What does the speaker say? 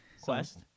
Quest